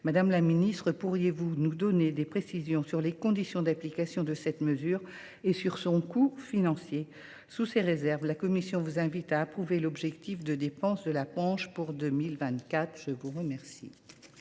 Madame la ministre, pourriez vous nous donner des précisions sur les conditions d’application de cette mesure et sur son coût financier ? Sous ces réserves, la commission invite à approuver l’objectif de dépenses de la branche pour 2024. La parole